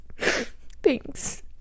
Thanks